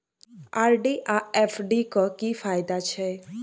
RD आ FD क की फायदा छै?